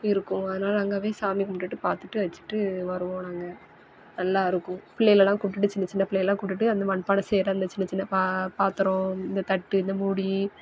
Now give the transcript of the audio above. இருக்கும் அதனால அங்கே போய் சாமி கும்பிடுட்டு பார்த்துட்டு வச்சிட்டு வருவோம் நாங்கள் நல்லா இருக்கும் பிள்ளைலலாம் கூப்பிட்டுட்டு சின்ன சின்ன பிள்ளை எல்லாம் கூப்பிட்டுட்டு அந்த மண்பானை செய்யற அந்த சின்ன சின்ன பா பாத்திரம் இந்த தட்டு இந்த மூடி